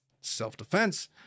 self-defense